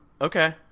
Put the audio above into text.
okay